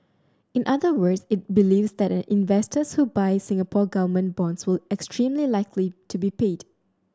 in other words it believes that an investor who buys Singapore Government bonds will extremely likely to be paid